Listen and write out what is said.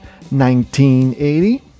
1980